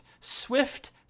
swift